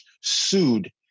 sued